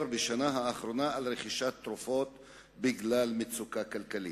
בשנה האחרונה על רכישת תרופות בגלל מצוקה כלכלית.